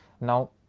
Now